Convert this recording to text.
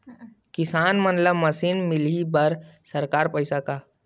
किसान मन ला मशीन मिलही बर सरकार पईसा का?